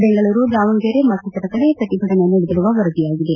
ಬೆಂಗಳೂರು ದಾವಣಗೆರೆ ಮತ್ತಿತರ ಕಡೆ ಪ್ರತಿಭಟನೆ ನಡೆದಿರುವುದು ವರದಿಯಾಗಿದೆ